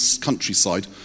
countryside